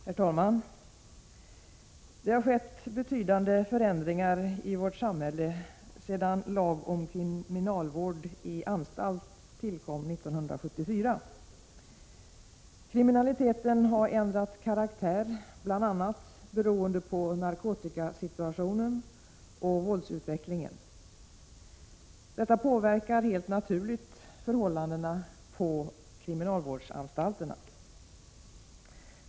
Herr talman! Det har skett betydande förändringar i vårt samhälle sedan lagen om kriminalvård i anstalt tillkom 1974. Kriminaliteten har ändrat karaktär, bl.a. beroende på narkotikasituationen och våldsutvecklingen. Detta påverkar helt naturligt förhållandena på kriminalvårdsanstalterna.